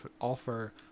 offer